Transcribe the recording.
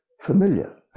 familiar